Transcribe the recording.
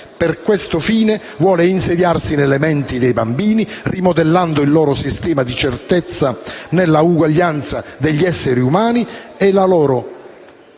Per questo fine, vuole insediarsi nelle menti dei bambini, rimodellando il loro sistema di certezze nella uguaglianza degli esseri umani e smembrando